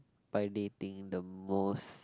by dating the most